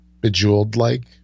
Bejeweled-like